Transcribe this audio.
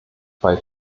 bei